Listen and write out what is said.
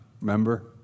remember